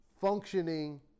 functioning